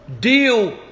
Deal